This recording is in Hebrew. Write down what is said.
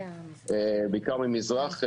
בעיקר ממזרח,